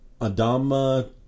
Adama